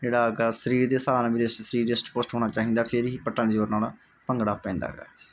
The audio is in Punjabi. ਜਿਹੜਾ ਹੈਗਾ ਸਰੀਰ ਦੇ ਹਿਸਾਬ ਦੇ ਨਾਲ ਵੀ ਸਰੀਰ ਰਿਸ਼ਟ ਪੁਸ਼ਟ ਹੋਣਾ ਚਾਹੀਦਾ ਫੇਰ ਹੀ ਪੱਟਾਂ ਦੇ ਜ਼ੋਰ ਨਾਲ ਭੰਗੜਾ ਪੈਂਦਾ ਹੈਗਾ ਜੀ